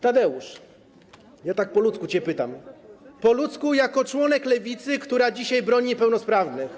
Tadeusz, ja tak po ludzku cię pytam, po ludzku, jako członek Lewicy, która dzisiaj broni niepełnosprawnych.